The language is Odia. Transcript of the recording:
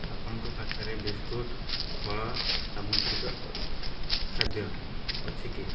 ଆପଣଙ୍କ ପାଖରେ ବିସ୍କୁଟ୍ ଫଳ ସାମୁଦ୍ରିକ ଖାଦ୍ୟ ଅଛି କି